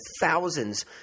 thousands